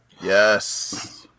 Yes